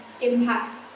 impact